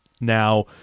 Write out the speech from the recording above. now